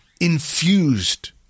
infused